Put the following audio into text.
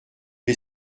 est